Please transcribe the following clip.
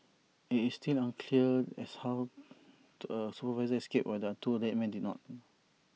IT is still unclear as how the supervisor escaped while the two dead men did not